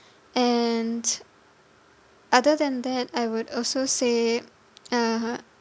and other than that I would also say (uh huh)